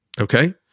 Okay